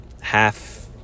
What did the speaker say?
half